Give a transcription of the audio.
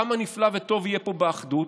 כמה נפלא וטוב יהיה פה באחדות,